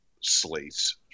slates